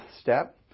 step